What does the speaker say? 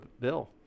bill